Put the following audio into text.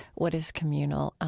what is communal, ah